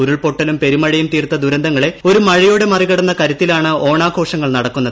ഉരൂൾപൊട്ടലും പെരുമഴയും തീർത്ത ദുരന്തങ്ങളെ ഒരു മഴയോടെ മറികടന്ന കരുത്തിലാണ് ഓണാഘോഷങ്ങൾ നടക്കുന്നത്